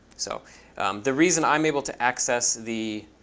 so the reason i'm able to access the